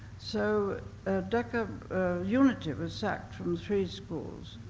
so decca, unity was sacked from three schools,